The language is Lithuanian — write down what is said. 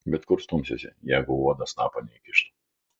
bet kur stumsiesi jeigu uodas snapo neįkištų